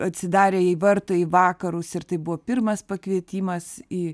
atsidarė jai vartai į vakarus ir tai buvo pirmas pakvietimas į